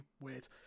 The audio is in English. weird